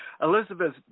Elizabeth